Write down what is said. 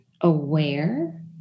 aware